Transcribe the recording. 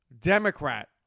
Democrat